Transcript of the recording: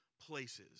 places